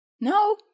No